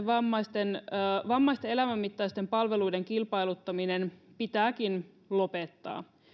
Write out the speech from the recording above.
vammaisten vammaisten elämänmittaisten palveluiden kilpailuttaminen pitääkin lopettaa